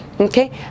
Okay